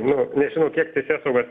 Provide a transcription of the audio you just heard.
nu nežinau kiek teisėsauga